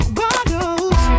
bottles